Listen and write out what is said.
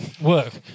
work